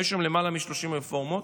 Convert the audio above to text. היו שם למעלה מ-30 רפורמות,